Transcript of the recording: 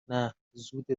نه، زود